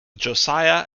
josiah